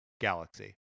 Galaxy